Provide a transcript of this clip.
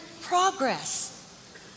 progress